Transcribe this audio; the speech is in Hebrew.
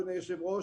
אדוני היושב-ראש,